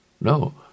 No